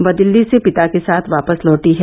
वह दिल्ली से पिता के साथ वापस लौटी है